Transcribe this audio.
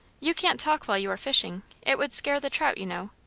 you can't talk while you are fishing it would scare the trout, you know.